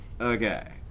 Okay